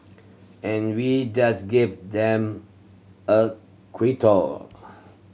and we just gave them a quote